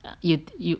you you